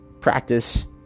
practice